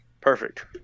Perfect